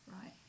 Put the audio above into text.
right